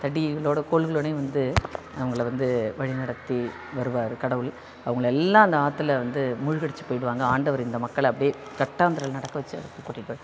தடிகளோட கோல்களோடையும் வந்து அவங்களை வந்து வழிநடத்தி வருவார் கடவுள் அவங்களை எல்லாம் அந்த ஆற்றுல வந்து மூழ்கடிச்சு போயிடுவாங்க ஆண்டவர் இந்த மக்களை அப்படியே கட்டாந்தரையில் நடக்க வச்சு அதில் கூட்டிகிட்டு போ